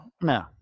No